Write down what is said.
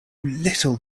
little